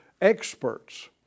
experts